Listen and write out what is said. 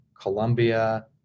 Colombia